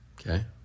Okay